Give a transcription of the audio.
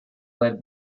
led